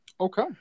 okay